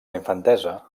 infantesa